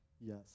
Yes